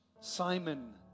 Simon